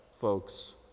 folks